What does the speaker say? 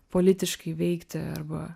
politiškai veikti arba